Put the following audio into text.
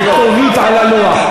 הכתובית על הלוח.